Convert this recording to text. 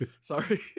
Sorry